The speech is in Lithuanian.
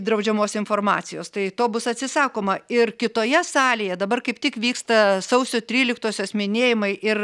draudžiamos informacijos tai to bus atsisakoma ir kitoje salėje dabar kaip tik vyksta sausio tryliktosios minėjimai ir